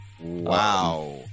Wow